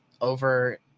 over